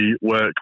work